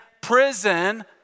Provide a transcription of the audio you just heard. prison